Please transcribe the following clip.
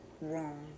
wrong